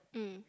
mm